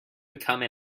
become